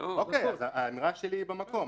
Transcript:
אז האמירה שלי במקום.